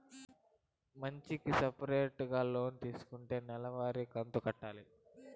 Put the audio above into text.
మంచికి సపరేటుగా లోన్ తీసుకుంటే నెల వారి కంతు కట్టాలి